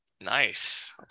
Nice